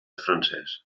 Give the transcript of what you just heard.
francès